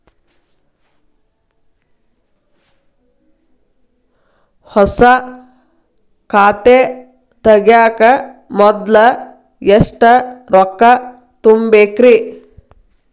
ಹೊಸಾ ಖಾತೆ ತಗ್ಯಾಕ ಮೊದ್ಲ ಎಷ್ಟ ರೊಕ್ಕಾ ತುಂಬೇಕ್ರಿ?